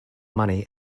money